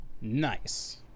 Nice